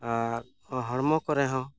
ᱟᱨ ᱦᱚᱲᱢᱚ ᱠᱚᱨᱮ ᱦᱚᱸ